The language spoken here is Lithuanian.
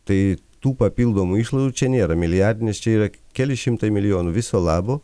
tai tų papildomų išlaidų čia nėra milijardinis čia yra keli šimtai milijonų viso labo